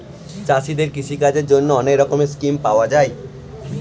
চাষীদের কৃষিকাজের জন্যে অনেক রকমের স্কিম পাওয়া যায়